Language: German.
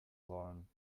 sollen